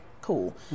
cool